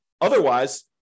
Otherwise